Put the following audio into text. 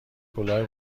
کلاه